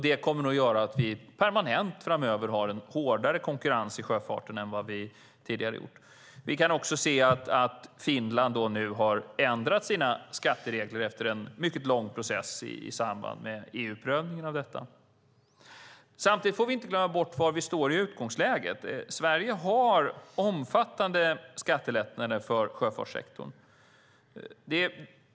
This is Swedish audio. Det kommer nog att göra att vi framöver permanent har en hårdare konkurrens i sjöfarten än vi tidigare haft. Vi kan också se att Finland efter en mycket lång process i samband med EU-prövningen av detta nu har ändrat sina skatteregler. Samtidigt får vi inte glömma bort var vi står i utgångsläget. Sverige har omfattande skattelättnader för sjöfartssektorn.